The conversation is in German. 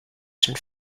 schon